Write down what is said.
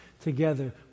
together